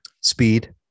speed